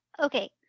Okay